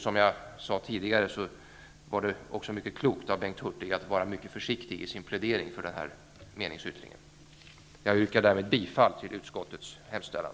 Som jag sade tidigare var det också mycket klokt av Bengt Hurtig att vara mycket försiktig i sin plädering för denna meningsyttring. Jag yrkar därmed bifall till utskottets hemställan.